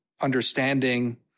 understanding